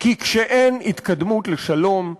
כי כשאין התקדמות לשלום,